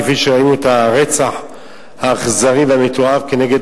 כפי שראינו את הרצח האכזרי והמתועב נגד